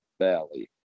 Valley